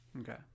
okay